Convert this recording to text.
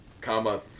comma